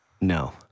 no